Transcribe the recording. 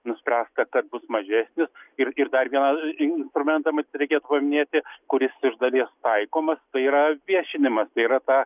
nuspręsta kad bus mažesnis ir ir dar vieną instrumentą matyt reikės paminėti kuris iš dalies taikomas tai yra viešinimas tai yra ta